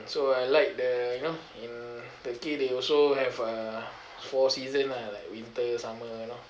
so I like the you know in turkey they also have uh four season lah like winter summer you know